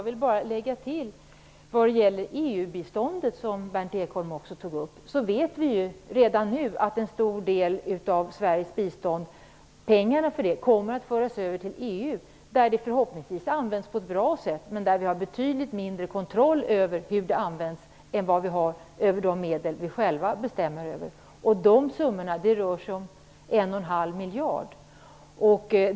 Vad det gäller EU-biståndet som Berndt Ekholm också tog upp vill jag bara tillägga att vi redan nu vet att en stor del av pengarna för Sveriges bistånd kommer att föras över till EU, där de förhoppningsvis används på ett bra sätt. Men där har vi betydligt mindre kontroll över hur medlen används än vad vi har över de medel som vi själva bestämmer om. Summan handlar om 1,5 miljarder.